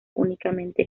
únicamente